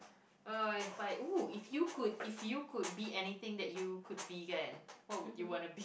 oh it's like !wow! if you could if you could be anything that you could be anything that you could be kan what would you want